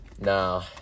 No